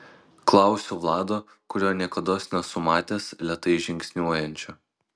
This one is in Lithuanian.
klausiu vlado kurio niekados nesu matęs lėtai žingsniuojančio